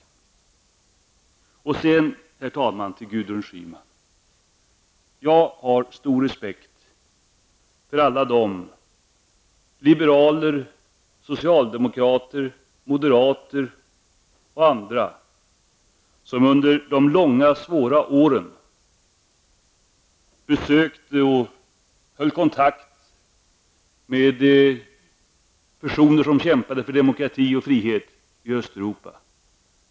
Till Gudrun Schyman vill jag säga att jag har stor respekt för alla de liberaler, socialdemokrater, moderater och andra som under de långa, svåra åren besökte och höll kontakt med personer som kämpade för demokrati och frihet i Östeuropa.